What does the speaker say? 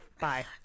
bye